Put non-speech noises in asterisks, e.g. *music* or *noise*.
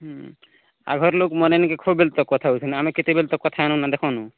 ହୁଁ ଆଗର ଲୋକ ମାନେ ନିକେ ଖୁବ୍ ବେଲେ ତ କଥା ହୋଉସନ ଆମେ କେତେବେଲେ ତ କଥା *unintelligible* ଦେଖୁନୁ